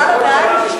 אדוני היושב-ראש,